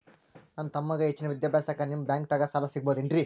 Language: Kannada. ನನ್ನ ತಮ್ಮಗ ಹೆಚ್ಚಿನ ವಿದ್ಯಾಭ್ಯಾಸಕ್ಕ ನಿಮ್ಮ ಬ್ಯಾಂಕ್ ದಾಗ ಸಾಲ ಸಿಗಬಹುದೇನ್ರಿ?